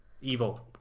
evil